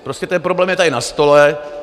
Prostě ten problém je tady na stole.